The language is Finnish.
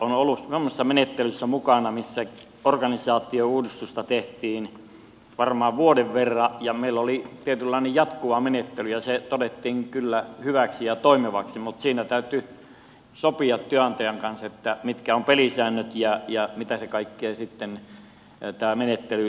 olen ollut semmoisessa menettelyssä mukana missä organisaatiouudistusta tehtiin varmaan vuoden verran ja meillä oli tietynlainen jatkuva menettely ja se todettiin kyllä hyväksi ja toimivaksi mutta siinä täytyi sopia työnantajan kanssa mitkä ovat pelisäännöt ja mitä kaikkea tämä menettely sitten sisältää